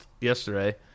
yesterday